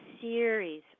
series